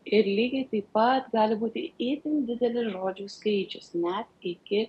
ir lygiai taip pat gali būti itin didelis žodžių skaičius net iki